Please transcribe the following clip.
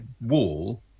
wall